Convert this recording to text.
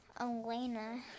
Elena